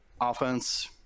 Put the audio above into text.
offense